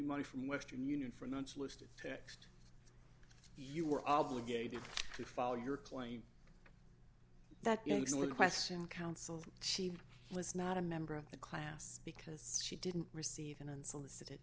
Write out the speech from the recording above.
money from western union from unsolicited text you were obligated to follow your claim that you were the question counsel she was not a member of the class because she didn't receive an unsolicited